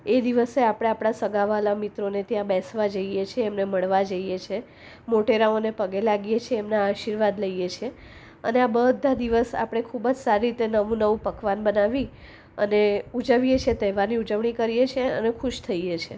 એ દિવસે આપણે આપણા સગા વ્હાલા મિત્રોને ત્યાં બેસવા જઈએ છે એમને મળવા જઈએ છે મોટેરાઓને પગે લાગીએ છીએ અને એના આશીર્વાદ લઈએ છીએ અને આ બધા જ દિવસ ખૂબ જ સારી રીતે નવું નવું પકવાન બનાવી અને ઉજવીએ છીએ તેહવારની ઉજવણી કરીએ છીએ અને ખુશ થઈએ છીએ